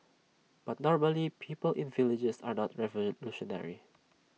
but normally people in villages are not revolutionary